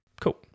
Cool